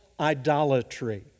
idolatry